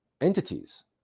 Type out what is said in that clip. entities